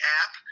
app